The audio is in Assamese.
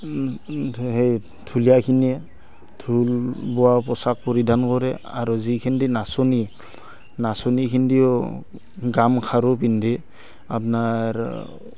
সেই ঢুলীয়াখিনিয়ে ঢোল বোৱা পোচাক পৰিধান কৰে আৰু যিখিনি নাচনি নাচনি খিনিয়েও গামখাৰু পিন্ধি আপনাৰ